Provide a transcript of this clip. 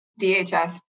DHS